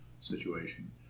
situation